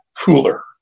cooler